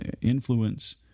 influence